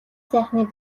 сайхны